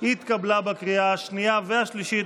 התקבלה בקריאה השנייה והשלישית,